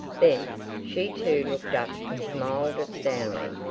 then she too looked up, and smiled at stanley.